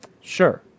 Sure